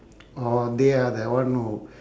or they are the one who